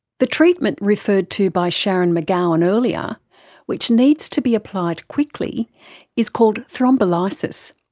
the treatment referred to by sharon mc gowan earlier which needs to be applied quickly is called thrombolysis.